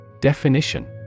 Definition